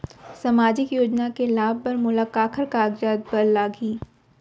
सामाजिक योजना के लाभ बर मोला काखर कागजात बर लागही?